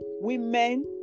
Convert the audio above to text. women